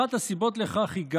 אחת הסיבות לכך היא גאווה,